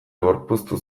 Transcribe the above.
gorpuztu